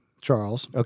Charles